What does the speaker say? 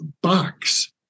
box